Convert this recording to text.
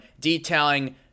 detailing